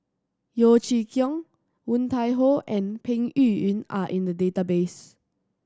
Yeo Chee Kiong Woon Tai Ho and Peng Yuyun are in the database